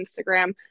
Instagram